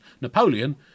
Napoleon